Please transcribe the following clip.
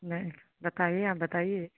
नही बताईए आप बताईए